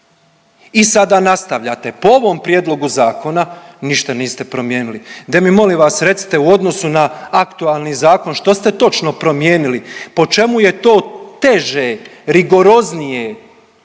i sada nastavljate, po ovom prijedlogu zakona nište niste promijenili. De mi molim vas recite u odnosu na aktualni zakon što ste točno promijenili, po čemu je to teže, rigoroznije